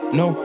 no